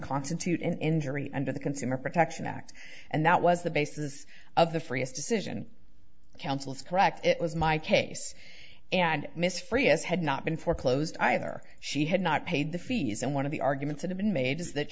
constitute an injury under the consumer protection act and that was the basis of the freest decision counsel's correct it was my case and miss free as had not been foreclosed either she had not paid the fees and one of the arguments had been made is that